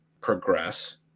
progress